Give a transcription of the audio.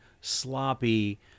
sloppy